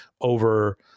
over